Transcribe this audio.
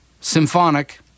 symphonic